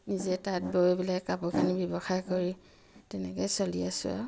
নিজে তাঁত বৈ পেলাই কাপোৰখিনি ব্যৱসায় কৰি তেনেকৈ চলি আছোঁ আৰু